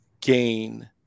gain